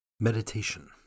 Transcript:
Meditation